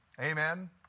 Amen